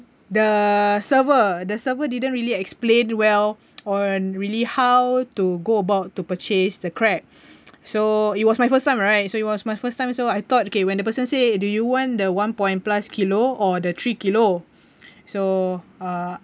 the server the server didn't really explain well or really how to go about to purchase the crab so it was my first time right so it was my first time so I thought okay when the person say do you want the one point plus kilo or the three kilo so uh